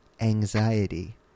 anxiety